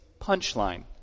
punchline